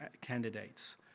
candidates